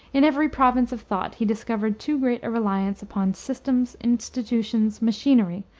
in every province of thought he discovered too great a reliance upon systems, institutions, machinery,